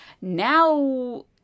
Now